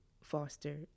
foster